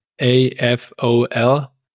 A-F-O-L